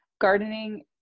gardening